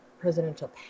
Presidential